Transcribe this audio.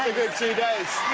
two days.